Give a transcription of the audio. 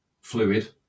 fluid